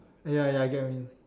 ya ya I get what you mean